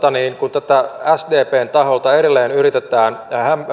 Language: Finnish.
kun sdpn taholta edelleen yritetään